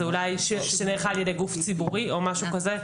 זה אולי שנערכה על ידי גוף ציבורי או משהו כזה.